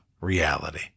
reality